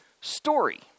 story